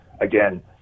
again